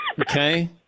Okay